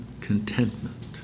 Contentment